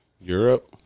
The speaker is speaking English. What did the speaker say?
Europe